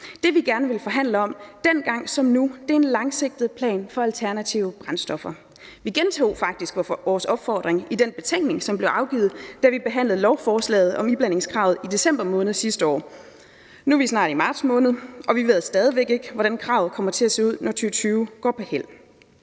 Det, vi gerne vil forhandle om, er – dengang som nu – en langsigtet plan for alternative brændstoffer. Vi gentog faktisk vores opfordring i den betænkning, der blev afgivet, da vi behandlede lovforslaget om iblandingskravet i december måned sidste år. Nu er vi snart i marts måned, og vi ved stadig væk ikke, hvordan kravet kommer til at se ud, når 2020 går på hæld.